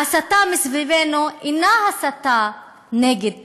ההסתה מסביבנו אינה הסתה נגד טרור,